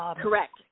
Correct